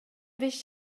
беш